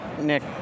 Nick